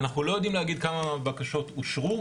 אנחנו לא יודעים להגיד כמה בקשות אושרו,